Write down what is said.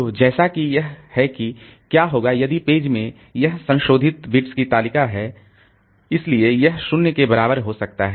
तो जैसा कि यह है कि क्या होगा यदि पेज में यह संशोधित बिट्स की तालिका है इसलिए यह 0 के बराबर हो सकता है